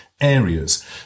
areas